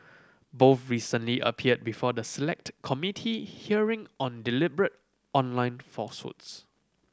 both recently appeared before the Select Committee hearing on deliberate online falsehoods